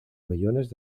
millones